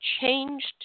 changed